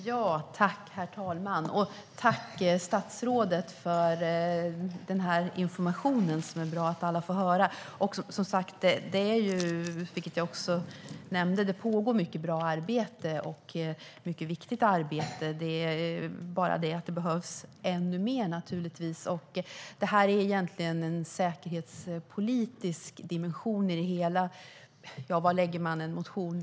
Herr talman! Tack för informationen, statsrådet! Det är bra att alla får höra detta. Det pågår mycket bra och viktigt arbete, vilket jag också nämnde. Det är bara det att det naturligtvis behövs ännu mer. Det finns egentligen en säkerhetspolitisk dimension i det hela. Var hamnar en motion?